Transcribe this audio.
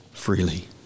freely